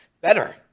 Better